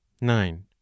Nine